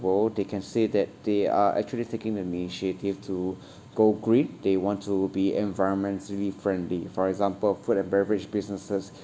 world they can say that they are actually taking initiative to go green they want to be environmentally friendly for example food and beverage businesses